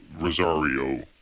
Rosario